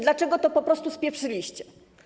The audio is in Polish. Dlaczego to po prostu spieprzyliście?